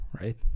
right